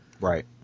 Right